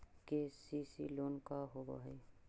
KCC loan का होब हइ?